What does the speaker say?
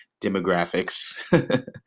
demographics